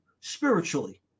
spiritually